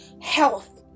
health